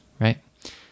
right